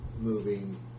moving